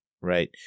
right